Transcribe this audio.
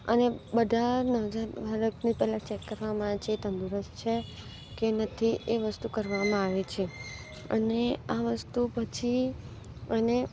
અને બધા નવજાત બાળકને પહેલાં ચેક કરવામાં આવે છે તંદુરસ્ત છે કે નથી એ વસ્તુ કરવામાં આવે છે અને આ વસ્તુ પછી અને